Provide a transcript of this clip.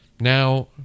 now